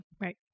Right